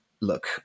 look